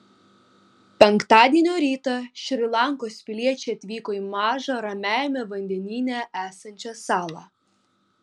penktadienio rytą šri lankos piliečiai atvyko į mažą ramiajame vandenyne esančią salą